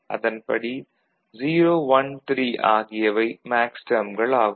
அதன்படி 013 அகியவை மேக்ஸ்டேர்ம்கள் ஆகும்